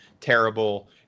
terrible